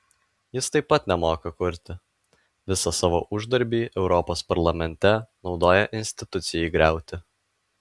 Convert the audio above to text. jis taip pat nemoka kurti visą savo uždarbį europos parlamente naudoja institucijai griauti